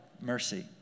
mercy